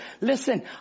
Listen